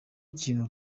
ikintu